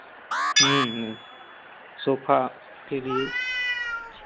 sofa के लिए